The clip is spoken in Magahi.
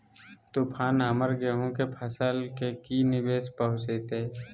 तूफान हमर गेंहू के फसल के की निवेस पहुचैताय?